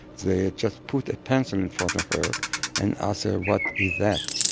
they just put a pencil in front of her and asked her what is that?